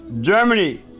Germany